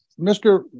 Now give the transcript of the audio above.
Mr. –